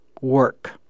work